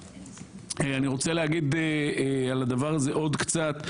אני רוצה להגיד על הדבר הזה עוד קצת,